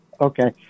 Okay